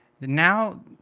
Now